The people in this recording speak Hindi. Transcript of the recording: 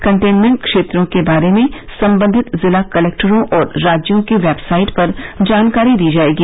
कंटेनमेंट क्षेत्रों के बारे में संबंधित जिला कलेक्टरों और राज्यों की वेबसाइट पर जानकारी दी जाएगी